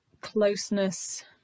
closeness